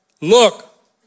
look